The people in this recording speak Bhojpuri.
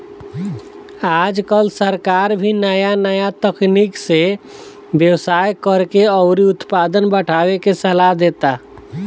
आजकल सरकार भी नाया नाया तकनीक से व्यवसाय करेके अउरी उत्पादन बढ़ावे के सालाह देता